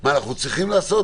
מה אנחנו צריכים לעשות,